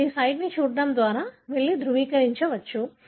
మీరు ఈ సైట్ను చూడటం ద్వారా వెళ్లి ధృవీకరించవచ్చు